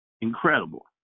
Incredible